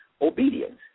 obedience